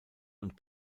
und